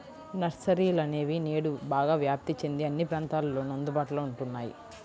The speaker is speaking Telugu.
నర్సరీలనేవి నేడు బాగా వ్యాప్తి చెంది అన్ని ప్రాంతాలలోను అందుబాటులో ఉంటున్నాయి